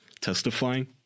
testifying